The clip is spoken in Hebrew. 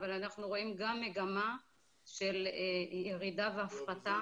אבל אנחנו גם רואים מגמה של ירידה והפחתה